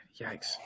Yikes